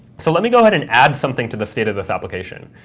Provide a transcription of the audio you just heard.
so let me go ahead and add something to the state of this application.